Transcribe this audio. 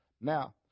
Now